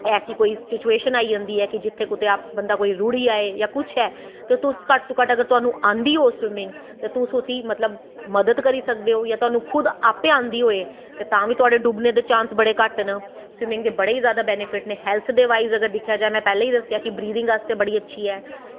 ऐसी कोई सिचुएशन आई जंदी कि जित्थें कुदै बंदा रुढ़ी जाए जां कुछ ऐ ते तुस घट्ट तों घट्ट आंदी होऐ स्विमिंग ते तुस उसी मतलब तुस मदद करी सकदे ओ जां तुसें खुद आपें आंदी होऐ ते तां बी थुआढ़े डुब्बने दे चांस बड़े घट्ट न स्विमिंग दे बड़े ई जादै चांस न हेल्थ दे बजाए दिक्खेआ जा ते में पैह्लें ई दस्सेआ कि ब्रीथिंग आस्तै बड़ी अच्छी ऐ